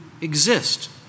exist